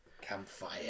campfire